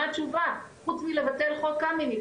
מה התשובה חוץ מלבטל חוק קמיניץ,